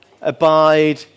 abide